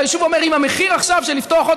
והיישוב אומר: אם המחיר של לפתוח עכשיו עוד